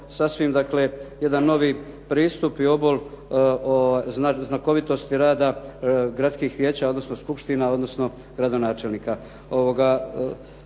sasvim dakle, jedan novi pristup i obol o znakovitosti rada, gradskih vijeća, odnosno skupština, odnosno gradonačelnika.